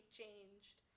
changed